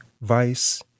Vice